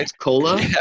Cola